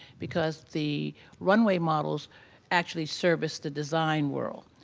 because the runway models actually service the design world,